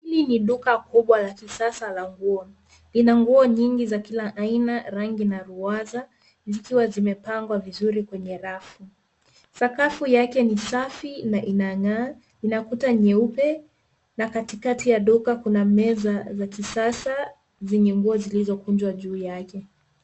Hili ni duka kubwa la kisasa la nguo. Ina nguo nyingi za kila aina, rangi na ruwaza zikiwa zimepangwa vizuri kwenye rafu. Sakafu yake ni safi na inang'aa na kuta nyeupe na kati kati ya duka kuna meza za kisasa zenye nguo zilizokunjwa juu yake.